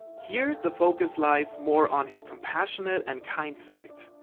here the focus lies more on his compassionate and kind side.